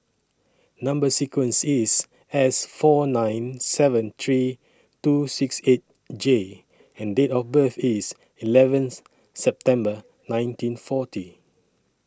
Number sequence IS S four nine seven three two six eight J and Date of birth IS eleventh September nineteen forty